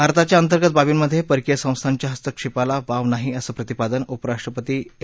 भारताच्या अंतर्गत बाबींमध्ये परकीय संस्थांच्या हस्तक्षेपाला वाव नाही असं प्रतिपादन उपराष्ट्रपती एम